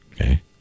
Okay